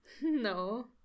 No